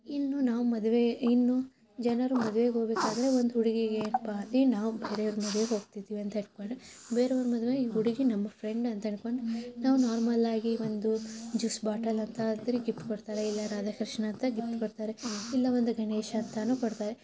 ಇನ್ನು ನಾವು ಮದುವೆ ಇನ್ನು ಜನರು ಮದ್ವೆಗೆ ಹೋಗಬೇಕಾದ್ರೆ ಒಂದು ಹುಡುಗಿಗೆ ನಾವು ಬೇರೆಯವ್ರು ಮದ್ವೆಗೆ ಹೋಗ್ತಿದ್ವಿ ಅಂತ ಇಟ್ಟುಕೊಂಡ್ರೆ ಬೇರೆಯವ್ರ ಮದ್ವೆಗೆ ಈ ಹುಡುಗಿ ನಮ್ಮ ಫ್ರೆಂಡ್ ಅಂತ ಹೇಳಿಕೊಂಡು ನಾವು ನಾರ್ಮಲ್ ಆಗಿ ಒಂದು ಜ್ಯೂಸ್ ಬಾಟಲ್ ಅಂತ ಅದ್ನ ಗಿಫ್ಟ್ ಕೊಡ್ತಾರೆ ಇಲ್ಲ ರಾಧಾಕೃಷ್ಣ ಅಂತ ಗಿಫ್ಟ್ ಕೊಡ್ತಾರೆ ಇಲ್ಲ ಒಂದು ಗಣೇಶ ಅಂತಲೂ ಕೊಡ್ತಾರೆ